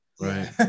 right